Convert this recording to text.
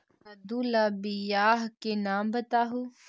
कददु ला बियाह के नाम बताहु?